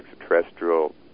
extraterrestrial